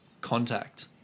contact